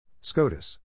scotus